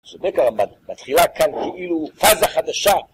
צודק הרמב״ם, מתחילה כאן כאילו פאזה חדשה